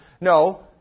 No